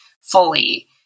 fully